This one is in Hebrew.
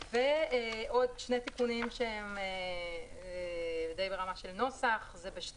עוד שני תיקונים ברמה של נוסח יש בשתי